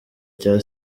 cya